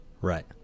right